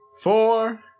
four